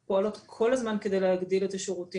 החולים פועלות כל הזמן על מנת להגיד את השירותים,